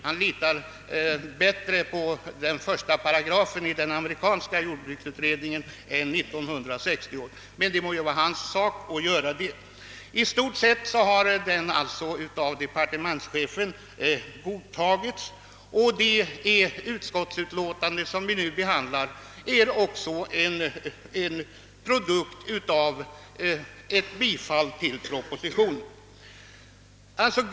Han litade mer på första paragrafen i den amerikanska jordbruksutredningen 1960. Det må vara hans sak att han gör det. I stort sett har utredningsförslaget godtagits av departementschefen, och det utskottsutlåtande, som vi nu behandlar, godtar propositionens förslag.